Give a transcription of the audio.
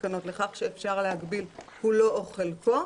התקנות לכך שאפשר להגביל כולו או חלקו,